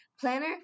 Planner